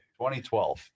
2012